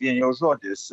vien jau žodis